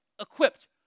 Equipped